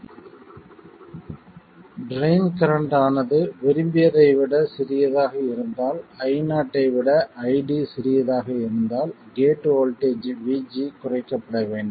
drain current ஆனது விரும்பியதை விட சிறியதாக இருந்தால் Io ஐ விட ID சிறியதாக இருந்தால் கேட் வோல்ட்டேஜ் VG குறைக்கப்பட வேண்டும்